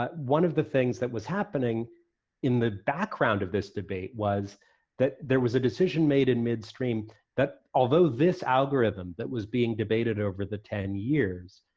but one of the things that was happening in the background of this debates was that there was a decision made in midstream that although this algorithm that was being debated over the ten years,